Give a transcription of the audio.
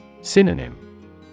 Synonym